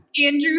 Andrew